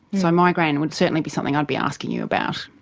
so migraine would certainly be something i'd be asking you about.